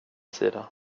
sida